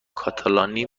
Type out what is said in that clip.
کاتالانی